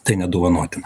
tai nedovanotina